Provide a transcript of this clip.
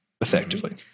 effectively